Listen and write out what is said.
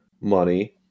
money